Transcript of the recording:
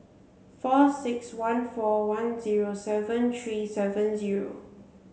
four six one four one zero seven three seven zero